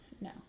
No